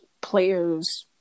players